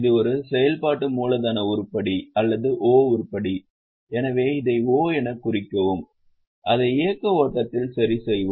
இது ஒரு செயல்பாட்டு மூலதன உருப்படி அல்லது ஓ உருப்படி எனவே இதை o எனக் குறிக்கவும் அதை இயக்க ஓட்டத்தில் சரிசெய்வோம்